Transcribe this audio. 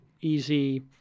easy